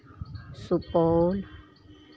Supaul